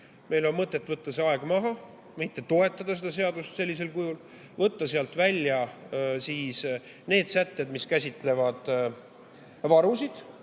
Meil on mõtet võtta aeg maha, mitte toetada seda seadust sellisel kujul, võtta sealt välja need sätted, mis käsitlevad varusid,